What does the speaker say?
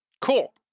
Cool